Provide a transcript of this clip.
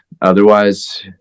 otherwise